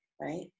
right